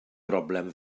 broblem